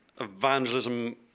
evangelism